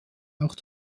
auch